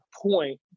point